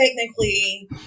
Technically